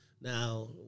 Now